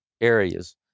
areas